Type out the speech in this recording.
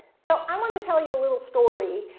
so i want to tell you a little story.